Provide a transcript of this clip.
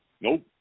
Nope